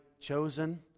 chosen